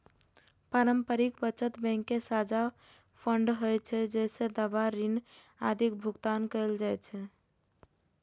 पारस्परिक बचत बैंक के साझा फंड होइ छै, जइसे दावा, ऋण आदिक भुगतान कैल जाइ छै